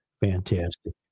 fantastic